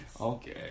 Okay